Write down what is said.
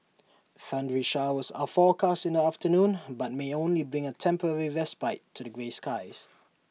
thundery showers are forecast in the afternoon but may only bring A temporary respite to the grey skies